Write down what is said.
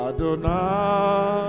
Adonai